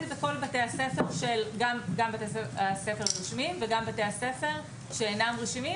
בכל בתי הספר שהם גם רשמיים וגם שאינם רשמיים,